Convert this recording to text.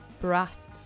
brass